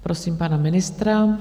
Prosím pana ministra.